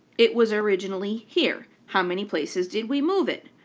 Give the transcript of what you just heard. it was originally here. how many places did we move it?